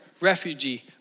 refugee